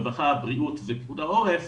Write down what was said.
הרווחה והבריאות ולפיקוד העורף,